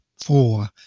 four